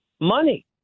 money